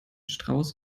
strauß